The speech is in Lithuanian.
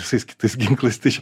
visais kitais ginklais tai